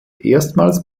erstmals